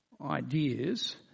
ideas